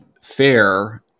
FAIR